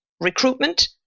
recruitment